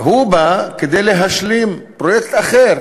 החוק בא כדי להשלים פרויקט אחר